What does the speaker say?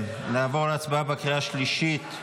נעבור להצבעה על החוק בקריאה השלישית.